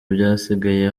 byasigaye